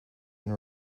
and